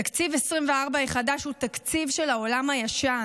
תקציב 2024 החדש, הוא תקציב של העולם הישן.